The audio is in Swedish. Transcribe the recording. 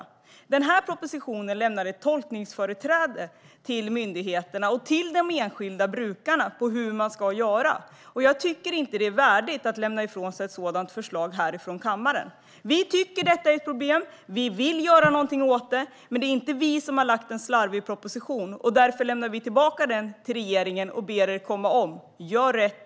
I denna proposition ges myndigheterna och de enskilda brukarna tolkningsföreträde när det gäller hur man ska göra, och jag tycker inte att det är värdigt att lämna ifrån sig ett sådant förslag här i kammaren. Vi tycker att detta är ett problem. Vi vill göra något åt det. Men det är inte vi som har lagt fram en slarvig proposition, och därför lämnar vi tillbaka den till regeringen och ber er göra om och göra rätt.